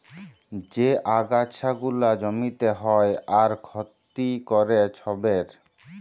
যে আগাছা গুলা জমিতে হ্যয় আর ক্ষতি ক্যরে ছবের